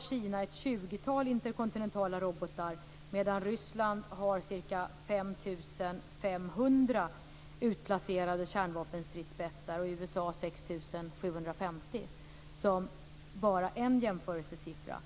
Kina har ett tjugotal interkontinentala robotar medan Ryssland har ca 5 500 utplacerade kärnvapenstridsspetsar och USA har ca 6 750 kärnvapenstridsspetsar. Det är bara en jämförelsesiffra.